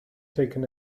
taken